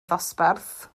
ddosbarth